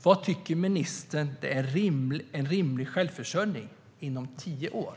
Vad tycker ministern är en rimlig självförsörjningsgrad inom tio år?